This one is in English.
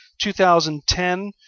2010